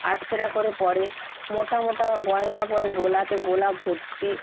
আটপাড়া করে পরে মোটা মোটা গয়না পরে গলাতে গলা ভর্তি